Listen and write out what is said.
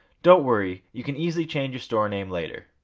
don't worry you can easily change your store name later.